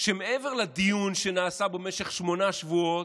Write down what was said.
שמעבר לדיון שנעשה במשך שמונה שבועות.